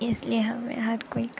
इस लेई हर हर कोई